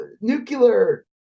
nuclear